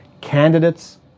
candidates